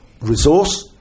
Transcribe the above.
resource